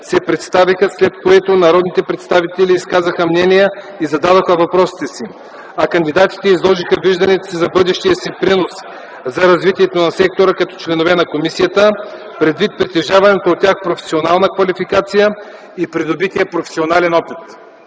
се представиха, след което народните представители изказаха мнения и зададоха въпросите си, а кандидатите изложиха вижданията си за бъдещия си принос за развитието на сектора като членове на комисията, предвид притежаваната от тях професионална квалификация и придобития професионален опит.